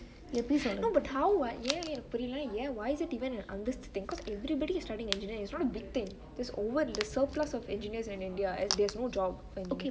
no but how ah ஏ புரிலனா என் வயசு:yen purilenaa yen vayasu and அந்தஸ்து:anthasthu thing because everybody is studying engineering it's not a big thing there's a surplus of engineers in india there is no job